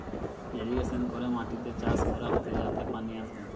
irrigation করে মাটিতে চাষ করা হতিছে যাতে পানি আসে